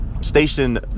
station